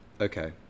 Okay